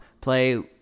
play